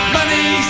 Money